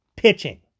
Pitching